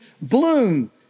bloom